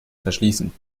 verschließen